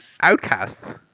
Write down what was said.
outcasts